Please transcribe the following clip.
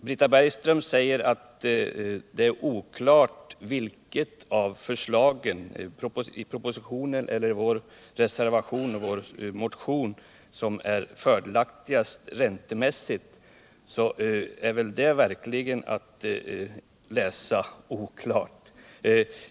Britta Bergström säger att det är oklart vilket av förslagen — det i propositionen eller i vår motion och reservation — som är fördelaktigast räntemässigt. Det är väl verkligen att läsa oklart.